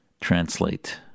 translate